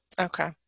Okay